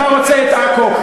אתה רוצה את עכו,